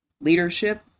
leadership